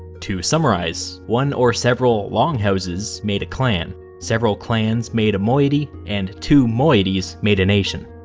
to summarize, one or several longhouses made a clan, several clans made a moiety, and two moieties made a nation.